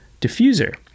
diffuser